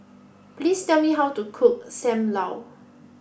please tell me how to cook Sam Lau